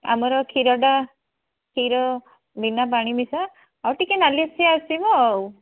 ଆମର କ୍ଷୀରଟା କ୍ଷୀର ବିନା ପାଣି ମିଶା ଆଉ ଟିକିଏ ନାଲି ଆସିବ ଆଉ